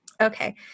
Okay